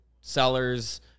sellers